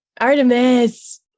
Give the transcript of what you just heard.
artemis